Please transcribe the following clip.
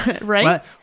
Right